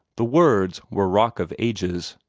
the words were rock of ages,